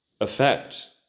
effect